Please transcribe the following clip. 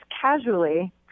casually